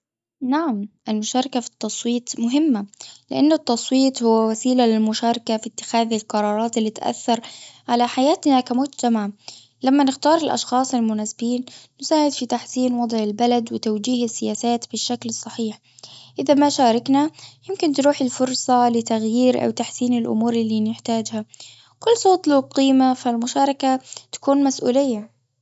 نعم المشاركة في التصويت مهمة. لأنه التصويت هو وسيلة للمشاركة في إتخاذ القرارات اللي تأثر على حياتنا كمجتمع. لما نختار الأشخاص المناسبين نساعد في تحسين وضع البلد وتوجيه السياسات بالشكل الصحيح. إذا ما شاركنا يمكن تروح الفرصة لتغيير الأمور وتحسين الأمور اللي نحتاجها. كل صوت له قيمة فالمشاركة تكون مسئولية.